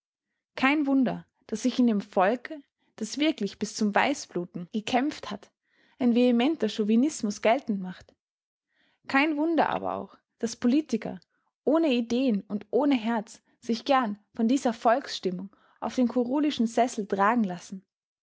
kein wunder daß sich in dem volke das wirklich bis zum weißbluten gekämpft hat ein vehementer chauvinismus geltend macht kein wunder aber auch daß politiker ohne ideen und ohne herz sich gern von dieser volksstimmung auf den kurulischen sessel tragen lassen